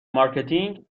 مارکتینگ